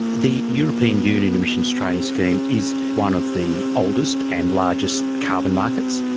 the european union emissions trading scheme is one of the oldest and largest carbon markets.